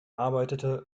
arbeitete